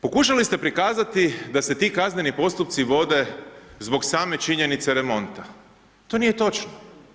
Pokušali ste prikazati da se ti kazneni postupci vode zbog same činjenice remonta, to nije točno.